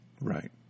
Right